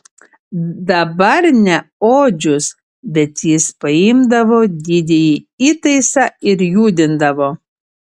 dabar ne odžius bet jis paimdavo didįjį įtaisą ir judindavo